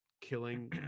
killing